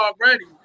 already